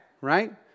right